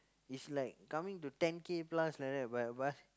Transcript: is like coming to ten K plus like that but b~